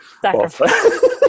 Sacrifice